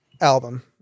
album